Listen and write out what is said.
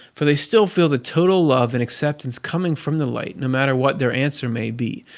for they still feel the total love and acceptance coming from the light, no matter what their answer may be.